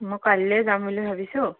মই কাইলৈই যাম বুলি ভাবিছোঁ